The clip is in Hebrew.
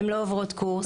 הן לא עוברות קורס